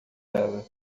era